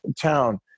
town